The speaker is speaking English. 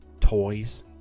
toys